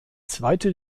zweite